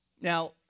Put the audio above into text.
now